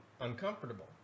uncomfortable